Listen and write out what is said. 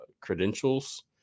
credentials